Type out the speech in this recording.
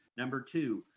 number two,